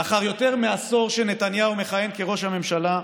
לאחר יותר מעשור שנתניהו מכהן כראש הממשלה,